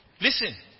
Listen